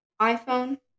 iPhone